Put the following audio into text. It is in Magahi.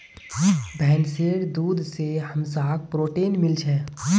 भैंसीर दूध से हमसाक् प्रोटीन मिल छे